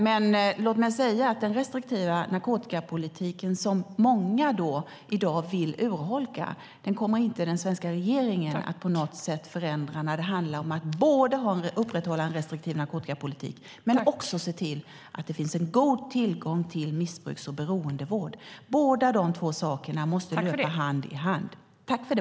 Men låt mig säga att den restriktiva narkotikapolitik som många i dag vill urholka kommer inte den svenska regeringen att förändra när det handlar om att både upprätthålla en restriktiv narkotikapolitik och se till att det finns en god tillgång till missbruks och beroendevård. Båda de två sakerna måste löpa hand i hand.